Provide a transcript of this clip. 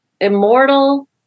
immortal